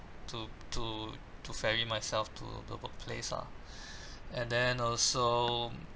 to to to ferry myself to the workplace ah and then also